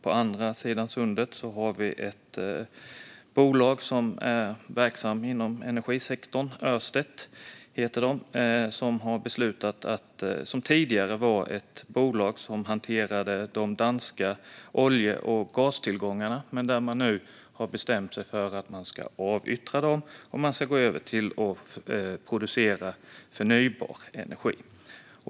På andra sidan sundet finns ett bolag som är verksamt inom energisektorn, Ørsted. Det är ett bolag som tidigare hanterade de danska olje och gastillgångarna, men man har nu bestämt sig för att avyttra dem och gå över till att producera förnybar energi.